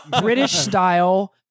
British-style